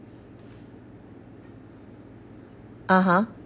(uh huh)